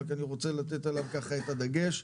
רק אני רוצה לתת עליו ככה את הדגש.